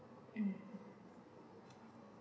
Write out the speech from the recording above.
mm